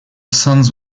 sons